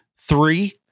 three